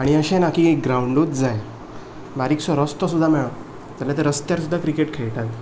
आनी अशें ना की एक ग्राउंडूच जाय बारीकसो रस्तो सुद्दा मेळत जाल्यार ते रस्त्यार सुद्दा क्रिकेट खेळटात